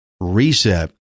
reset